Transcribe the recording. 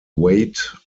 weight